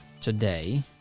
today